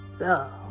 love